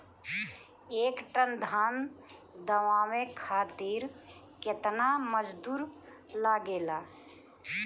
एक टन धान दवावे खातीर केतना मजदुर लागेला?